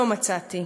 לא מצאתי.